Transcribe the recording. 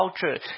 culture